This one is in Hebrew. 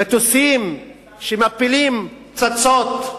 מטוסים שמפילים פצצות.